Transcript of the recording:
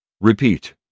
Repeat